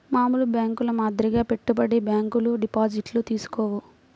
మామూలు బ్యేంకుల మాదిరిగా పెట్టుబడి బ్యాంకులు డిపాజిట్లను తీసుకోవు